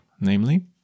namely